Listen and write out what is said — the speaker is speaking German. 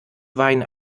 wein